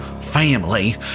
family